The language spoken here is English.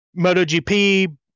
MotoGP